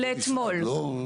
לאתמול.